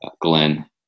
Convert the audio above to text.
Glenn